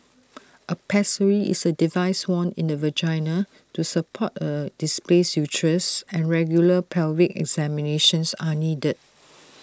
A pessary is A device worn in the vagina to support A displaced uterus and regular pelvic examinations are needed